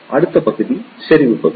அடுத்த பகுதி செறிவு பகுதி